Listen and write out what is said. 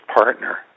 partner